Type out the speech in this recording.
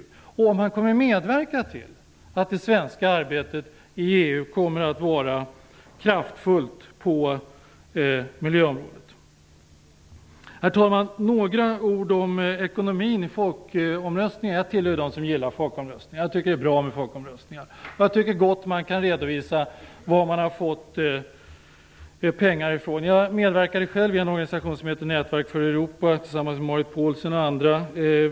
Kommer han att medverka till att det svenska arbetet i EU kommer att vara kraftfullt på miljöområdet? Herr talman! Låt mig säga några ord om ekonomin i folkomröstningen. Jag tillhör ju dem som gillar folkomröstningar. Jag tycker att det är bra med folkomröstningar. Jag tycker gott man kan redovisa var man har fått pengar ifrån. Jag medverkade själv i en organisation som heter Nätverk för Europa tillsammans med Marit Pålsson och andra.